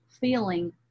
feeling